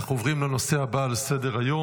אנחנו עוברים לנושא הבא על סדר-היום,